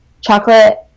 chocolate